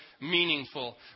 meaningful